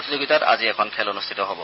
প্ৰতিযোগিতাত আজি এখন খেল অনুষ্ঠিত হ'ব